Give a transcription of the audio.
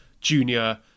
junior